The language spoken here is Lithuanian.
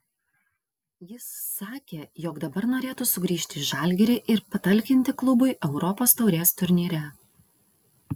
jis sakė jog dabar norėtų sugrįžti į žalgirį ir patalkinti klubui europos taurės turnyre